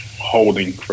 holding